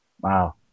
Wow